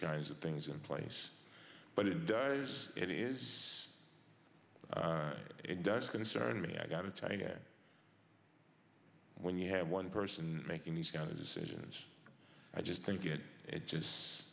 kinds of things in place but it does it is it does concern me i gotta tell you when you have one person making these kind of decisions i just think it just